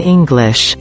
English